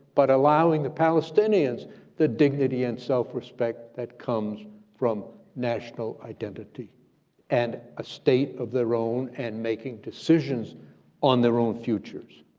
but allowing the palestinians the dignity and self respect that comes from national identity and a state of their own and making decisions on their own futures,